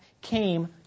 came